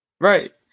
Right